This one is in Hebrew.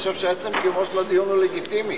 אני חושב שעצם קיומו של הדיון הוא לגיטימי.